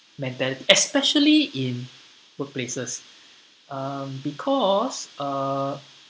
mentality especially in workplaces um because uh